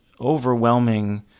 overwhelming